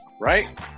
right